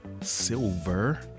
silver